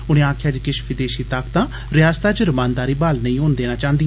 उनें आक्खेआ जे किश विदेशी ताकतां रयासतै च रमानदारी बहाल नेई होन देना चाहंदे